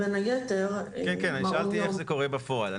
אני שאלתי איך זה קורה בפועל.